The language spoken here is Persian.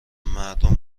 مردم